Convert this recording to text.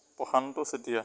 Prashanta Chetia